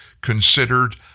considered